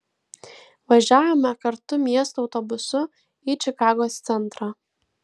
važiavome kartu miesto autobusu į čikagos centrą